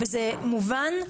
זה מובן,